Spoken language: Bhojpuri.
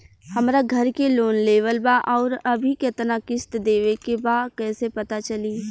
हमरा घर के लोन लेवल बा आउर अभी केतना किश्त देवे के बा कैसे पता चली?